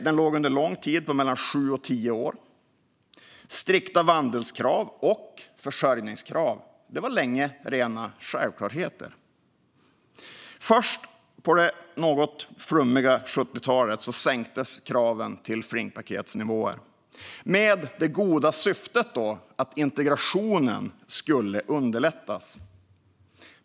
Den låg under lång tid på mellan sju och tio år. Strikta vandelskrav och försörjningskrav var länge rena självklarheter. Först på det något flummiga 70-talet sänktes kraven till flingpaketsnivå med det goda syftet att integrationen skulle underlättas.